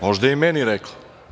Možda je meni rekla?